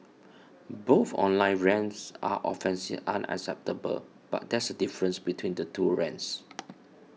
both online rants are offensive and unacceptable but there is a difference between the two rants